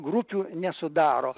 grupių nesudaro